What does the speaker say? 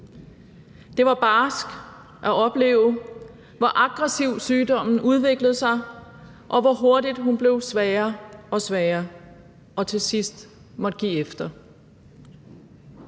Det var barsk at opleve, hvor aggressivt sygdommen udviklede sig, og hvor hurtigt hun blev svagere og svagere og til sidst måtte give efter.